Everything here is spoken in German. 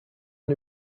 man